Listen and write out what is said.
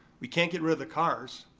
we can't get rid of the cars.